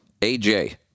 AJ